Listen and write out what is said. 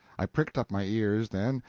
i pricked up my ears, then,